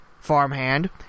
farmhand